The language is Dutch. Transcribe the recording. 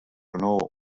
renault